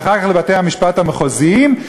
ואחר כך לבתי-המשפט המחוזיים,